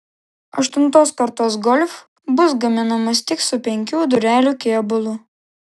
aštuntos kartos golf bus gaminamas tik su penkių durelių kėbulu